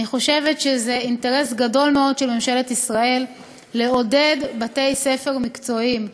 אני חושבת שזה אינטרס גדול מאוד של ממשלת ישראל לעודד בתי-ספר מקצועיים.